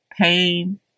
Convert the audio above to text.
Pain